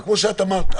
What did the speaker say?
אבל כמו שאת אמרת,